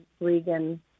Regan